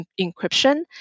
encryption